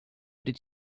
did